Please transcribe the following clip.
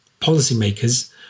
policymakers